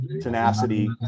tenacity